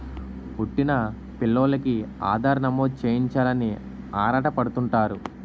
పుట్టిన పిల్లోలికి ఆధార్ నమోదు చేయించాలని ఆరాటపడుతుంటారు